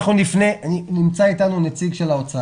נמצא אתנו נציג האוצר.